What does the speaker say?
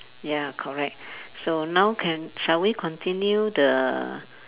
ya correct so now can shall we continue the